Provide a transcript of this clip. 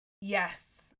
yes